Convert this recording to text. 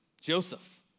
Joseph